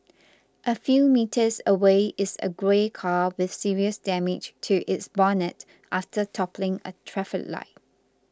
a few metres away is a grey car with serious damage to its bonnet after toppling a traffic light